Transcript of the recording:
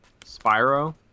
Spyro